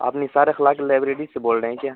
آپ نثار اخلاق لائیبریری سے بول رہے ہیں کیا